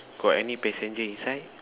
got any passenger inside